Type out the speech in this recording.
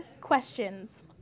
questions